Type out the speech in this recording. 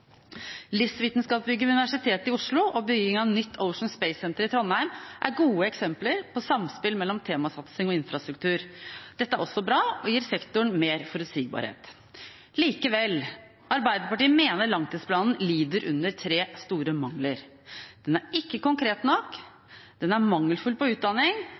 ved Universitetet i Oslo og bygging av nytt Ocean Space Center i Trondheim er gode eksempler på samspill mellom temasatsing og infrastruktur. Dette er også bra og gir sektoren mer forutsigbarhet. Likevel: Arbeiderpartiet mener langtidsplanen lider under tre store mangler. Den er ikke konkret nok, den er mangelfull på utdanning,